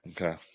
Okay